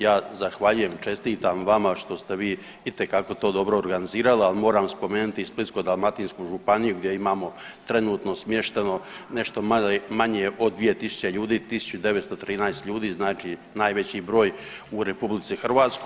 Ja zahvaljujem, čestitam vama što ste vi itekako to dobro organizirali, ali moram spomenuti i Splitsko-dalmatinsku županiju gdje imamo trenutno smješteno nešto manje od 2.000 ljudi, 1.913 ljudi znači najveći broj u RH.